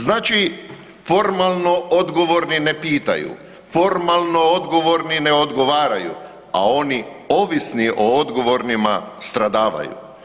Znači, formalno odgovorni ne pitaju, formalno odgovorni ne odgovaraju, a oni ovisni o odgovornima, stradavaju.